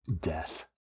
death